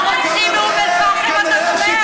ברוצחים מאום אל-פחם אתה תומך,